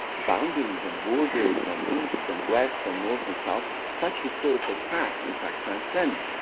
boundaries and boarders and east and west and north and south, such historical facts, in fact, transcend